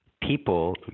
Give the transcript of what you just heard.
people